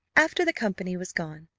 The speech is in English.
after the company was gone,